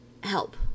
help